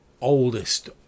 oldest